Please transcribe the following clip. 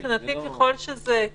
מבחינתי ככל שהתקבלה.